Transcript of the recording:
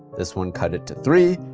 this one cut to three.